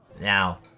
Now